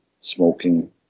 smoking